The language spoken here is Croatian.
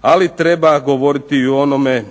ali treba govoriti i o onome